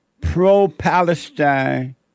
pro-Palestine